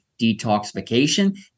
detoxification